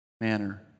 manner